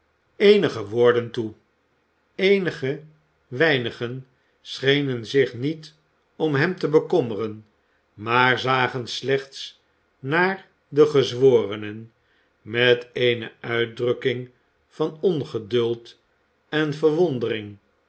eenmaal verwoorden toe eenige weinigen schenen zich niet om hem te bekommeren maar zagen slechts naar de gezworenen met eene uitdrukking van ongeduld en verwondering